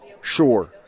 Sure